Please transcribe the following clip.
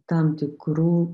tam tikrų